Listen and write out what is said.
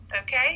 okay